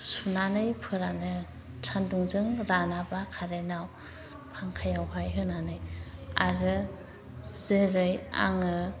सुनानै फोरानो सानदुंजों रानाबा खारेनाव फांखायावहाय होनानै आरो जेरै आङो